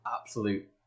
absolute